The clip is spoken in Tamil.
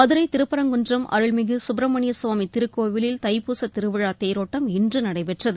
மதுரை திருப்பரங்குன்றம் அருள்மிகு சுப்ரமணிய சுவாமி திருக்கோவிலில் தைப்பூச திருவிழா தேரோட்டம் இன்று நடைபெற்றது